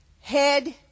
Head